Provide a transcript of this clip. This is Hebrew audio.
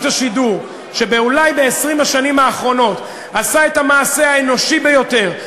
השידור שב-20 השנים האחרונות עשה את המעשה האנושי ביותר,